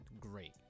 great